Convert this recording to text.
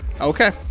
Okay